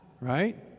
right